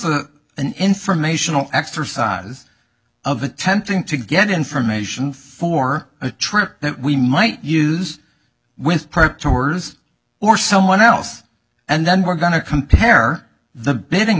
a an informational exercise of attempting to get information for a trip that we might use with park tours or someone else and then we're going to compare the bidding